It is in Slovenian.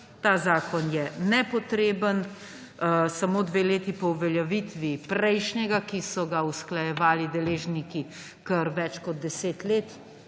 Ta zakon je nepotreben. Samo dve leti po uveljavitvi prejšnjega, ki so ga usklajevali deležniki kar več kot 10 let,